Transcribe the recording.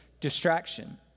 distraction